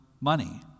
money